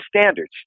standards